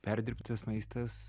perdirbtas maistas